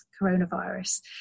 coronavirus